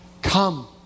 Come